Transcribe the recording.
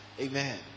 Amen